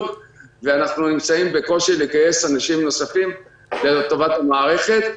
ואנחנו נמצאים בקושי לגייס אנשים נוספים לטובת המערכת,